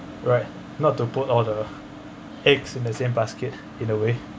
right not to put all the eggs in the same basket in a way